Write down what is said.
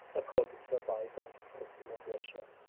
according to a bygone custom of russia.